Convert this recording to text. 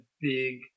big